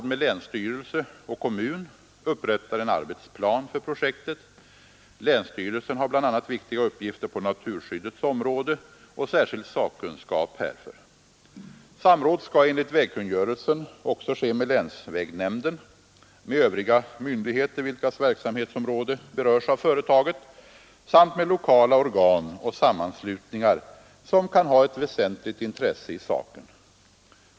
med länsstyrelse och kommun upprättar en arbetsplan för projektet. Länsstyrelsen har bl.a. viktiga uppgifter på naturskyddets område och särskild sakkunskap härför. Samråd skall enligt vägkungörelsen också ske med länsvägnämnden, med övriga myndigheter vilkas verksamhetsområde berörs av företaget samt med lokala organ och sammanslutningar som kan ha ett väsentligt intresse i saken.